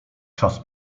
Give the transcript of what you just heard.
czas